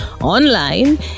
online